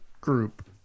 group